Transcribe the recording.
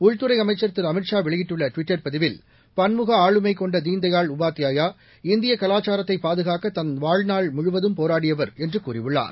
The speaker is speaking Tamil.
உள்துறை அமைச்சர் திரு அமித்ஷா வெளியிட்டுள்ள ட்விட்டர் பதிவில் பன்முக ஆளுமை கொண்ட தீன்தயாள் உபாத்தியாயா இந்திய கலாச்சாரத்தை பாதுகாக்க தன் வாழ்நாள் முழுவதும் போராடியவர் என்று கூறியுள்ளார்